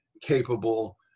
capable